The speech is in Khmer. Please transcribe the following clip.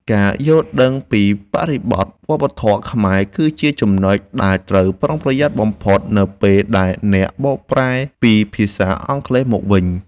ការយល់ដឹងពីបរិបទវប្បធម៌ខ្មែរគឺជាចំណុចដែលត្រូវប្រុងប្រយ័ត្នបំផុតនៅពេលដែលអ្នកបកប្រែពីភាសាអង់គ្លេសមកវិញ។